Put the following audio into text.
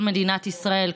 כל מדינת ישראל,